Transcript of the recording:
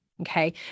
Okay